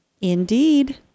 Indeed